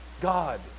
God